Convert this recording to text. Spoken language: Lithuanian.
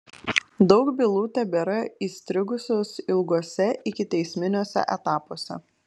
daug bylų tebėra įstrigusios ilguose ikiteisminiuose etapuose